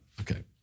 Okay